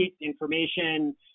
information